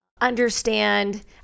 understand